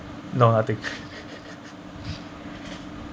no I think